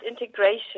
integration